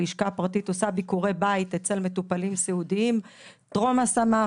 הלשכה הפרטית עושה ביקורי בית אצל מטופלים סיעודיים טרום השמה,